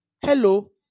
Hello